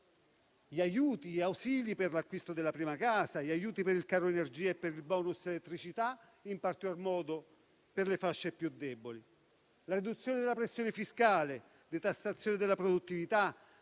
aiuti per l'acquisto della prima casa, aiuti per il caro energia e per il *bonus* elettricità, in particolar modo per le fasce più deboli. Cito poi la riduzione della pressione fiscale, la detassazione della produttività,